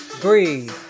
Breathe